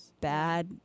bad